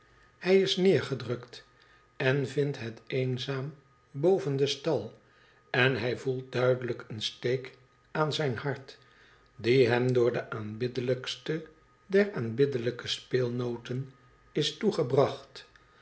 hij is neergedrukt en vmdt het eenzaam boven den stal en hij voelt duidelijk een steek aan zijn hart die hem door de aanbiddelijkste der aanbiddelijke speebooten is toegebracht